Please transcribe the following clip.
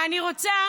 אני רוצה